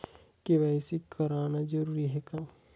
KYC कराना जरूरी है का?